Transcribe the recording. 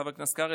חבר הכנסת קרעי,